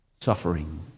suffering